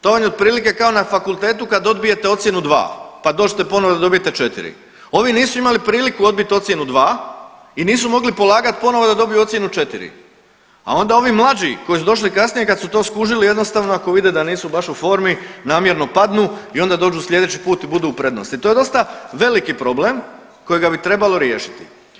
To vam je otprilike kao na fakultetu kad odbijete ocjenu 2, pa dođete ponovo da dobijete 4. Ovi nisu imali priliku odbit ocjenu 2 i nisu mogli polagat ponovo da dobiju ocjenu 4, a onda ovi mlađi koji su došli kasnije kad su to skužili jednostavno ako vide da nisu baš u formi namjerno padnu i onda dođu slijedeći put i budu u prednosti i to je dosta veliki problem kojega bi trebalo riješiti.